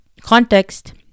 context